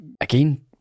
again